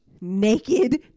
naked